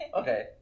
okay